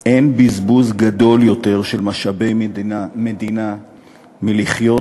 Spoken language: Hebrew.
אין בזבוז גדול יותר של משאבי מדינה מלחיות